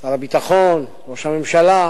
שר הביטחון, ראש הממשלה,